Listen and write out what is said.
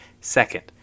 Second